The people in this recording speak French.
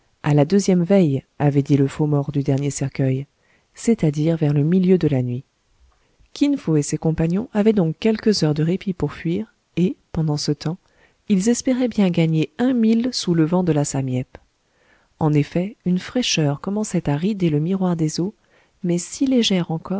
a la deuxième veille avait dit le faux mort du dernier cercueil c'est-à-dire vers le milieu de la nuit kin fo et ses compagnons avaient donc quelques heures de répit pour fuir et pendant ce temps ils espéraient bien gagner un mille sous le vent de la sam yep en effet une fraîcheur commençait à rider le miroir des eaux mais si légère